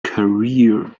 career